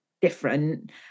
different